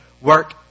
work